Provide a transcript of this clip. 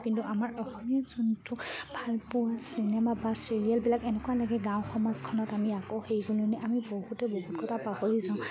কিন্তু আমাৰ অসমীয়া যোনটো ভালপোৱা চিনেমা বা চিৰিয়েলবিলাক এনেকুৱা লাগে গাঁও সমাজখনত আমি আকৌ সেই গুণতে আমি বহুতে বহুত কথা পাহৰি যাওঁ